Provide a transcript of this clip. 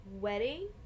wedding